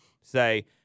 say